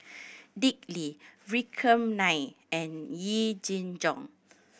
Dick Lee Vikram Nair and Yee Jenn Jong